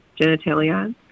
genitalia